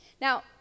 Now